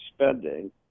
spending